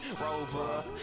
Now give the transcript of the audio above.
rover